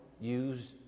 use